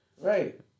Right